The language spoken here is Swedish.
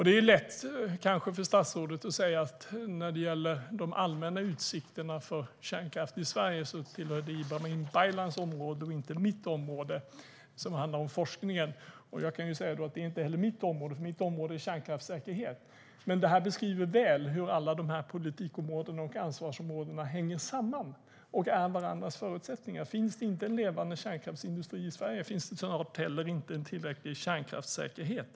Det är kanske lätt för statsrådet att säga att när det gäller de allmänna utsikterna för kärnkraften i Sverige är det Ibrahim Baylans område och inte hennes som handlar om forskningen. Jag kan säga att det inte heller är mitt område. Mitt område är kärnkraftssäkerhet. Men detta beskriver väl hur alla dessa politikområden och ansvarsområden hänger samman och är varandras förutsättningar. Finns det inte en levande kärnkraftsindustri i Sverige finns det snart inte heller en tillräcklig kärnkraftssäkerhet.